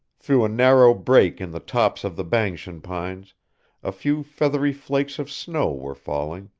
through a narrow break in the tops of the banskian pines a few feathery flakes of snow were falling,